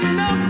no